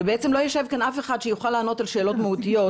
ובעצם לא יישב כאן אף אחד שיוכל לענות על שאלות מהותיות,